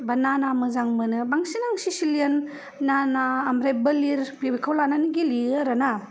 बा नाना मोजां मोनो बांसिन आं सिसिलियन नाना ओमफ्राय बोलिर बेफोरखौ लानानै गेलेयो आरो ना